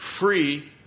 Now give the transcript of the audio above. free